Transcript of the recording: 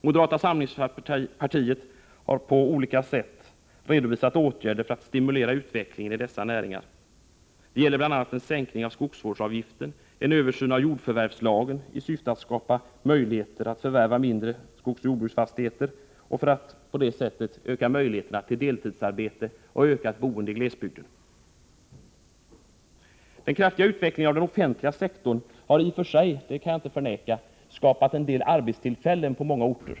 Moderata samlingspartiet har på olika sätt redovisat åtgärder för att stimulera utvecklingen i dessa näringar. Det gäller bl.a. en sänkning av skogsvårdsavgiften och en översyn av jordförvärvslagen i syfte att skapa möjligheter att förvärva mindre skogsoch jordbruksfastigheter för att öka möjligheterna till deltidsarbete och på det sättet få ett ökat boende i glesbygden. Den kraftiga utvecklingen av den offentliga sektorn har i och för sig — det kan jag inte förneka — skapat en del arbetstillfällen på många orter.